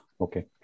Okay